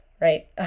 right